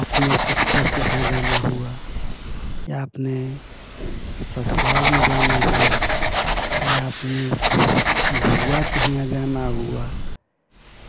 अपने सिश्टर के यहाँ जाना हुआ या अपने ससुराल में जाना हुआ या अपने बुआ के यहाँ जाना हुआ